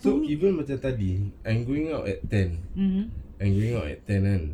so even macam tadi I'm going out at ten I'm going out at ten ah